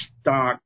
stock